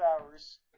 hours